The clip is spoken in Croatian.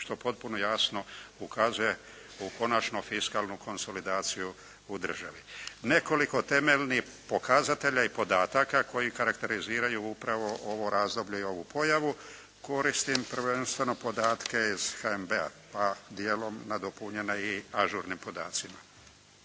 što potpuno jasno ukazuje u konačnu fiskalnu konsolidaciju u državi. Nekoliko temeljnih pokazatelja i podataka koji karakteriziraju upravo ovo razdoblje i ovu pojavu. Koristim prvenstveno podatke iz HNB-a pa dijelom nadopunjene i ažurnim podacima.